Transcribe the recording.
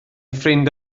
ffrind